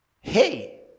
Hey